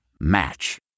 Match